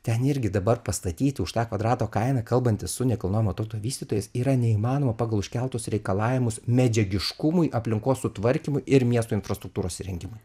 ten irgi dabar pastatyti už tą kvadrato kainą kalbantis su nekilnojamo turto vystytojais yra neįmanoma pagal užkeltus reikalavimus medžiagiškumui aplinkos sutvarkymui ir miesto infrastruktūros įrengimui